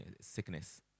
sickness